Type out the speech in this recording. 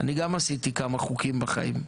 אני גם עשיתי כמה חוקים בחיים,